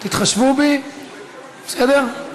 תתחשבו בי, בסדר?